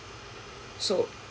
so